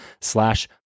slash